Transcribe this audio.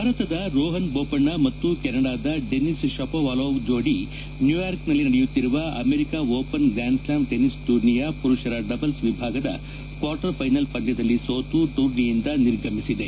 ಭಾರತದ ರೋಹನ್ ಬೋಪಣ್ಣ ಮತ್ತು ಕೆನಡಾದ ಡೆನಿಸ್ ಶಪೊವಾಲೊವ್ ಜೋಡಿ ನ್ಯೂಯಾರ್ಕ್ ನಲ್ಲಿ ನಡೆಯುತ್ತಿರುವ America Open grand slam tennis ಟೂರ್ನಿಯ ಪುರುಷರ ಡಬಲ್ಸ್ ವಿಭಾಗದ ಕ್ವಾರ್ಟರ್ ಫೈನಲ್ಸ್ ಪಂದ್ಯದಲ್ಲಿ ಸೋತು ಟೂರ್ನಿಯಿಂದ ನಿರ್ಗಮಿಸಿದೆ